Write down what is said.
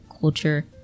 culture